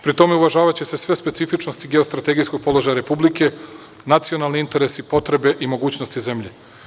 Pri tome, uvažavaće se sve specifičnosti geostrategijskog položaja Republike, nacionalni interesi, potrebe i mogućnosti zemlje.